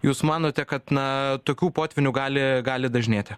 jūs manote kad na tokių potvynių gali gali dažnėti